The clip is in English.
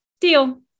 Deal